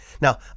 Now